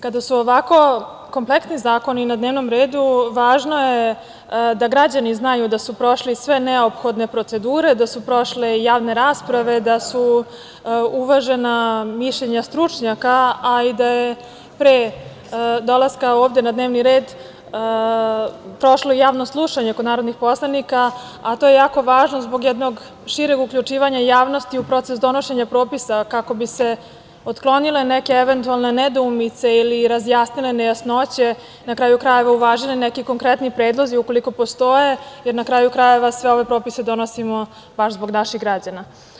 Kada su ovako kompleksni zakoni na dnevnom redu, važno je da građani znaju da su prošli sve neophodne procedure, da su prošle javne rasprave, da su uvažena mišljenja stručnjaka, a i da je pre dolaska ovde na dnevni red prošlo javno slušanje kod narodnih poslanika, a to je jako važno zbog jednog šireg uključivanja javnosti u proces donošenja propisa, kako bi se otklonile neke eventualne nedoumice ili razjasnile nejasnoće, na kraju krajeva, uvažili neki konkretni predlozi, ukoliko postoje, jer na kraju krajeva, sve ove propise donosimo baš zbog naših građana.